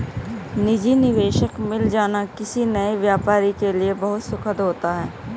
निजी निवेशक मिल जाना किसी नए व्यापारी के लिए बहुत सुखद होता है